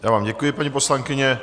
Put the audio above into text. Já vám děkuji, paní poslankyně.